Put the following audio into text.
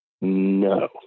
No